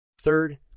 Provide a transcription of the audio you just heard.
Third